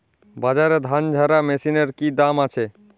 বাজারে ধান ঝারা মেশিনের কি দাম আছে?